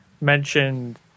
mentioned